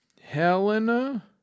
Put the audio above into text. Helena